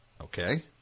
okay